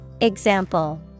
Example